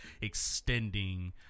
extending